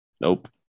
Nope